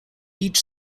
each